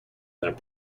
that